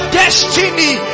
destiny